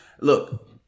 look